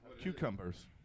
Cucumbers